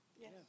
Yes